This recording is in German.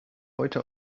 heute